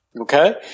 Okay